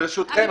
אז בבקשה,